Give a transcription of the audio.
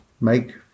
make